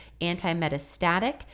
anti-metastatic